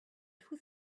two